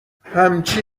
همچی